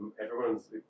everyone's